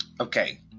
Okay